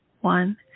one